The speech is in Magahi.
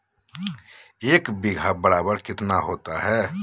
एक बीघा बराबर कितना होता है?